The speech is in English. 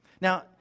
Now